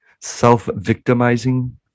self-victimizing